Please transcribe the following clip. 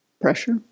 pressure